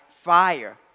fire